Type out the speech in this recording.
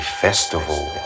festival